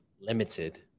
limited